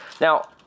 Now